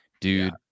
dude